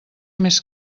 més